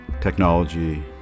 technology